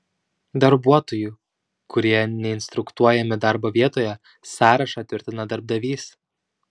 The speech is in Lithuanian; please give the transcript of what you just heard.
darbuotojų kurie neinstruktuojami darbo vietoje sąrašą tvirtina darbdavys